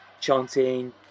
chanting